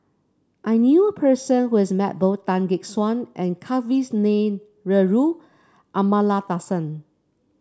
I knew a person who has met both Tan Gek Suan and Kavignareru Amallathasan